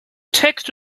text